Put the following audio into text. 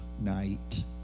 night